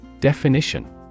Definition